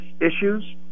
issues